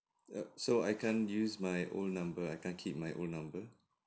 yup so I can't use my old number I can't keep my old number